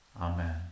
Amen